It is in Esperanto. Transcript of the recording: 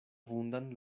vundan